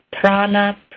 prana